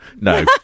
No